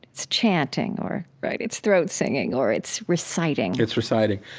it's chanting or right, it's throat singing or it's reciting it's reciting.